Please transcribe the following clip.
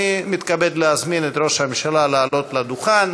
אני מתכבד להזמין את ראש הממשלה לעלות לדוכן,